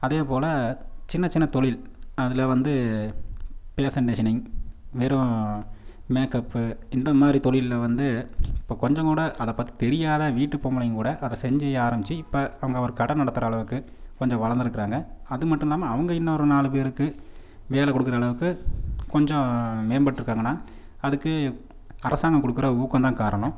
அதேபோல் சின்ன சின்ன தொழில் அதில் வந்து ஃபேஷன் டிசைனிங் வெறும் மேக்அப்பு இந்த மாதிரி தொழிலில் வந்து இப்போ கொஞ்சம் கூட அதை பற்றி தெரியாத வீட்டு பொம்பளைங்க கூட அதை செஞ்சு ஆரம்பித்து இப்போ அவங்க ஒரு கடை நடத்துகிற அளவுக்கு கொஞ்சம் வளர்ந்துருக்கிறாங்க அது மட்டும் இல்லாமல் அவங்க இன்னொரு நாலு பேருக்கு வேலை கொடுக்குற அளவுக்கு கொஞ்சம் மேம்பட்டுருக்கிறாங்கனா அதுக்கு அரசாங்கம் கொடுக்குற ஊக்கந்தான் காரணம்